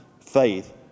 faith